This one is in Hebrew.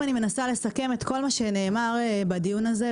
אם אני מנסה לסכם את כל מה שנאמר בדיון הזה,